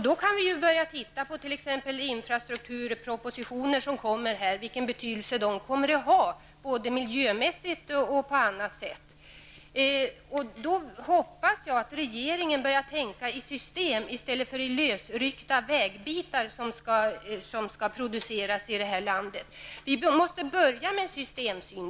Vi kan t.ex. se till den betydelse som de kommande infrastrukturpropositionerna kommer att få både miljömässigt och på annat sätt. Jag hoppas att regeringen börjar tänka i system i stället för i lösryckta vägbitar som skall produceras i det här landet. Vi måste börja anlägga en systemsyn.